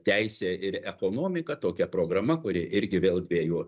teisė ir ekonomika tokia programa kuri irgi vėl dviejų